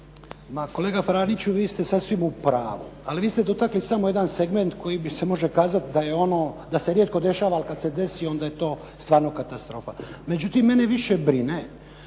Ma kolega Franiću vi ste sasvim u pravu. Ali vi ste samo dotakli jedan segment koji bi se može kazati da se rijetko dešava ali kada se desi onda je to stvarno katastrofa. Međutim, mene više brine